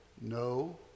no